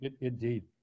Indeed